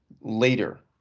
later